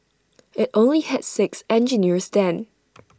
IT only had six engineers then